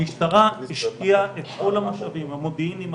המשטרה השקיעה את כל המשאבים המודיעיניים,